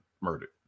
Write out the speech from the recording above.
murdered